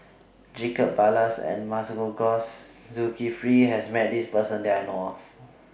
Jacob Ballas and Masagos Zulkifli has Met This Person that I know of